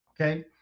okay